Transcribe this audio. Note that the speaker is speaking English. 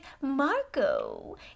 Marco